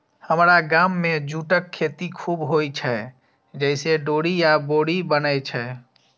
हमरा गाम मे जूटक खेती खूब होइ छै, जइसे डोरी आ बोरी बनै छै